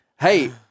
Hey